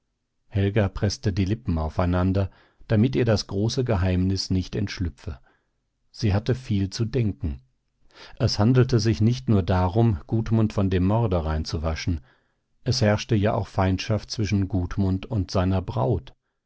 helga preßte die lippen aufeinander damit ihr das große geheimnis nicht entschlüpfe sie hatte viel zu denken es handelte sich nicht nur darum gudmund von dem morde reinzuwaschen es herrschte ja auch feindschaft zwischen gudmund und seiner braut